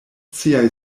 siaj